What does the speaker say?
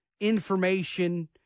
information